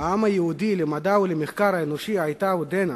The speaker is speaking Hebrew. של העם היהודי למדע ולמחקר האנושי היתה ועודנה